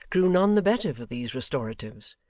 grew none the better for these restoratives,